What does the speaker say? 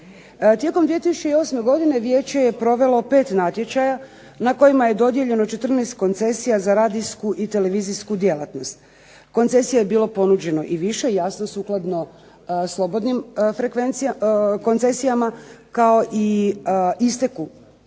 Tijekom 2008. godine vijeće je provelo pet natječaja na kojima je dodijeljeno 14 koncesija za radijsku i televizijsku djelatnost. Koncesija je bilo ponuđeno i više jasno sukladno slobodnim koncesijama kao i isteku